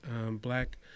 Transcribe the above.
black